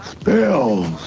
spells